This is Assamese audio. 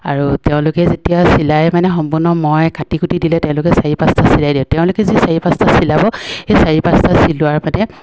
আৰু তেওঁলোকে যেতিয়া চিলাই মানে সম্পূৰ্ণ মই কাটি কুটি দিলে তেওঁলোকে চাৰি পাঁচটা চিলাই দিয়ে তেওঁলোকে যি চাৰি পাঁচটা চিলাব সেই চাৰি পাঁচটা চিলোৱাৰ